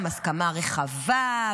"הסכמה רחבה",